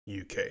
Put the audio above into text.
UK